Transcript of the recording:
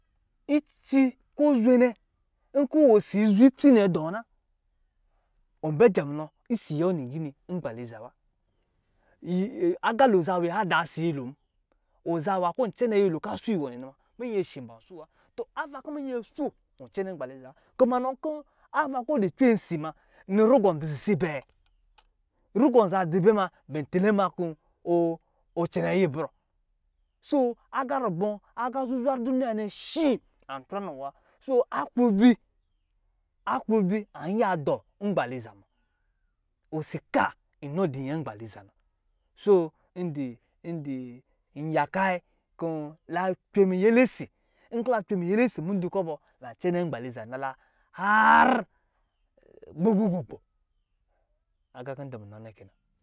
Itsi kɔ̄ ɔ zwe nɛ, nkɔ̄ osi zwe itsi nɔ̄ dɔ na, ɔ bɛ jɛ munɔ isi yɛ wɔ nigini, ngbaliza wa agalo zaa nwi hadaa si nyɛlom, wɔ za nwā kɔ̄ ɔ cɛnɛ nyɛlo kaa swo wɔnɛ muna, minyɛ shi ban so wa. Tɔ avan kɔ̄ minyɛ swo, wɔ cɛnɛ ngbaliza wa, kuma nɔ nkɛ ava kɔ̄ ɔ di cwe si ma, nɔ rugɔ̄ an dzi sisi bɛɛ, rugɔ zan dzi bɛ ma bɛntɛlɛ ma kɔ̄ o ɔ cɛnɛ ayɛbrɔ soo, agat rubɔ, agā zuzwa duniya nɛ shi an trɔ ni wɔ wa. Soo aklodzi, aklodzi an yiya dɔ ngbaliza ma, osi ka inɔ di nyɛ ngbaliza na. Soo ndi ndi n yaka yi kɔ̄ la cwe miyɛlɛ si, nkɛ la cwe miyɛlɛ si mudud kɔ̄ bɔ, la cɛnɛ ngbaliza nala harr gbogbo gbogbo. Agā kɔ̄ n dɔ munɔ kɛnan